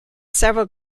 several